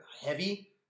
heavy